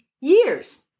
years